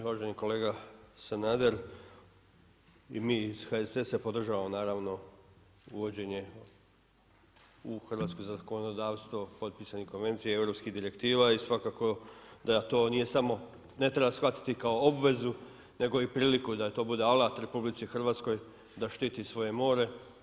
Uvaženi kolega, Sanader i mi iz HSS-a podržavamo naravno uvođenje u hrvatsko zakonodavstvo, potpisane konvencije europskih direktiva i svakako da to nije samo, ne treba shvatiti kao obvezu, nego i priliku da to bude alat RH, da štiti svoje more.